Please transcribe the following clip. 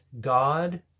God